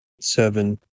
Seven